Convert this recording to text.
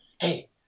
Hey